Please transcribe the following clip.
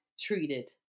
treated